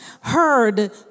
heard